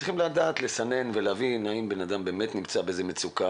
צריך לדעת לסנן ולהבין האם בן אדם באמת נמצא במצוקה